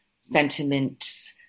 sentiments